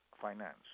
Finance